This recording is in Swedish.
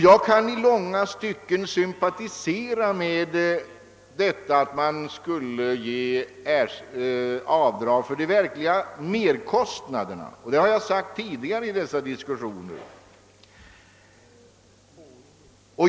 Jag kan i långa stycken sympatisera med tanken att man skulle ge avdrag för de verkliga merkostnaderna; det har jag sagt tidigare i dessa diskussioner.